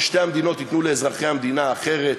ששתי המדינות ייתנו לאזרחי המדינה האחרת,